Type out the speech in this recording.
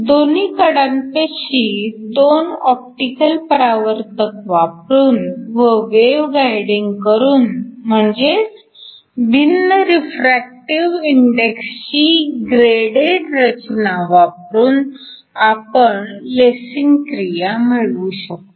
दोन्ही कडांपाशी दोन ऑप्टिकल परावर्तक वापरून व वेव्ह गायडींग करून म्हणजेच भिन्न रिफ्रॅक्टिव्ह इंडेक्सची ग्रेडेड रचना वापरून आपण लेसिंग क्रिया मिळवू शकतो